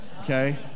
Okay